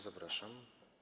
Zapraszam.